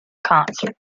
concerts